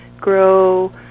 grow